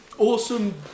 Awesome